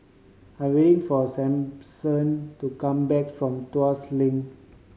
I waiting for Sampson to come back from Tuas Link